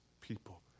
people